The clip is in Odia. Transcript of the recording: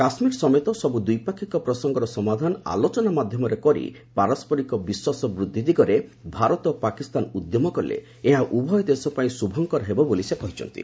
କାଶ୍ମୀର ସମେତ ସବୁ ଦ୍ୱିପାକ୍ଷିକ ପ୍ରସଙ୍ଗର ସମାଧାନ ଆଲୋଚନା ମାଧ୍ୟମରେ କରି ପାରସ୍କରିକ ବିଶ୍ୱାସ ବୃଦ୍ଧି ଦିଗରେ ଭାରତ ଓ ପାକିସ୍ତାନ ଉଦ୍ୟମ କଲେ ଏହା ଉଭୟ ଦେଶ ପାଇଁ ଶୁଭଙ୍କର ହେବ ବୋଲି ସେ କହିଛନ୍ତି